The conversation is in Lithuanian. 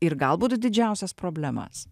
ir galbūt didžiausias problemas